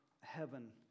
heaven